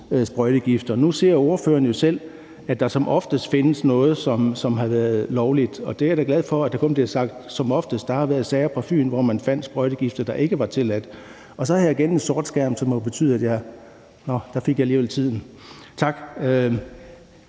sprøjtegifte. Nu siger ordføreren jo selv, at der som oftest findes noget, som har været lovligt, og jeg er da glad for, at der kun bliver sagt »som oftest«. Der har været sager på Fyn, hvor man fandt sprøjtegifte, der ikke var tilladt – og så har jeg igen en sort skærm, tak, nu fik jeg alligevel tiden. Der